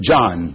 John